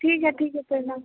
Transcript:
ठीक है ठीक है प्रणाम